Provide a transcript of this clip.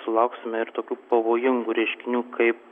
sulauksime ir tokių pavojingų reiškinių kaip